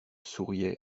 souriait